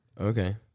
Okay